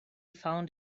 found